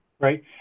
right